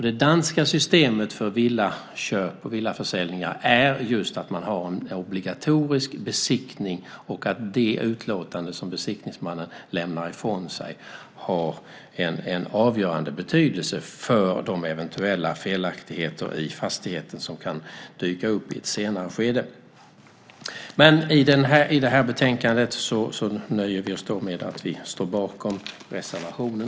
Det danska systemet för villaköp och villaförsäljningar är just att man har en obligatorisk besiktning och att det utlåtande som besiktningsmannen lämnar ifrån sig har en avgörande betydelse för de eventuella felaktigheter i fastigheten som kan dyka upp vid ett senare skede. Men i det här betänkandet nöjer vi oss med att stå bakom reservationen.